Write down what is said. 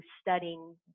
studying